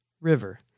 River